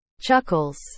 Chuckles